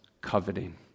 coveting